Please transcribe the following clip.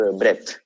breath